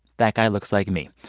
that guy looks like me.